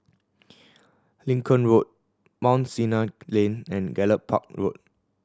Lincoln Road Mount Sinai Lane and Gallop Park Road